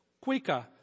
quicker